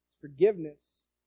Forgiveness